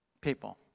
people